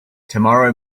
tomorrow